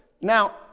Now